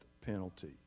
penalty